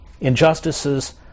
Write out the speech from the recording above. injustices